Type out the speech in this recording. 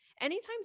Anytime